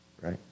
right